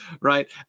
right